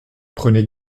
prenez